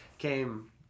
Came